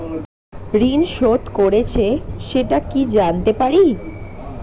ঋণ শোধ করেছে সেটা কি জানতে পারি?